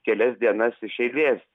kelias dienas iš eilės